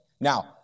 Now